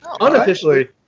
unofficially